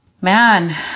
man